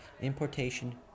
importation